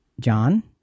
John